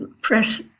press